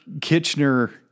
Kitchener